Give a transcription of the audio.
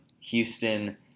Houston